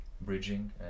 bridging